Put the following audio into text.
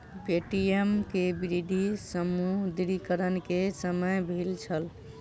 Paytm के वृद्धि विमुद्रीकरण के समय भेल छल